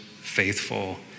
faithful